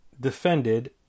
defended